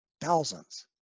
Thousands